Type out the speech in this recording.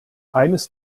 eines